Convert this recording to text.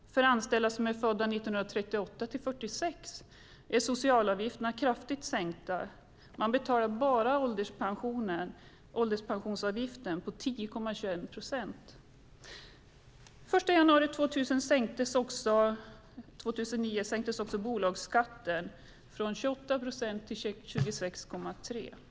För anställda som är födda 1938-1946 är socialavgifterna kraftigt sänkta. Man betalar bara ålderspensionsavgiften på 10,21 procent. Den 1 januari 2009 sänktes också bolagsskatten från 28 procent till 26,3 procent.